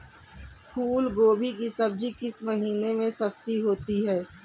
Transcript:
फूल गोभी की सब्जी किस महीने में सस्ती होती है?